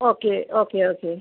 okay okay okay